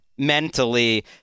Mentally